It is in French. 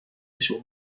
sur